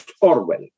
Orwell